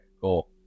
cool